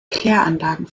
kläranlagen